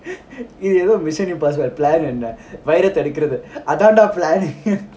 இதுஏதோ:idhu etho mission impossible plan என்னவைரத்தஎடுக்கறதுஅதான்டா:enna vairattha edukkaradhu athanda plan